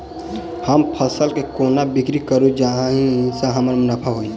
हम फसल केँ कोना बिक्री करू जाहि सँ हमरा मुनाफा होइ?